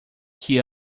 que